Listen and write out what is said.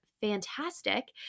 fantastic